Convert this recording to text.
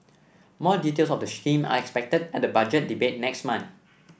more details of the scheme are expected at the Budget Debate next month